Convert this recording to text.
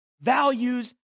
values